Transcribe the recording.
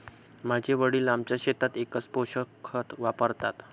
माझे वडील आमच्या शेतात एकच पोषक खत वापरतात